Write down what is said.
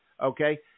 okay